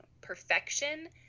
perfection